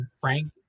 frank